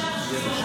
אני לא,